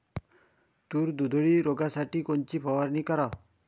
तूर उधळी रोखासाठी कोनची फवारनी कराव?